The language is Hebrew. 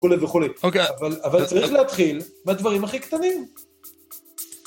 וכולי וכולי. אבל צריך להתחיל בדברים הכי קטנים.